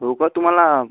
हो का तुम्हाला